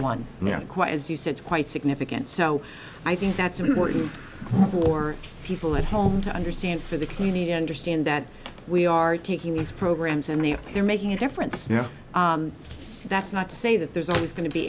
then quite as you said quite significant so i think that's important for people at home to understand for the community understand that we are taking these programs and the they're making a difference now that's not to say that there's always going to be